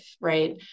Right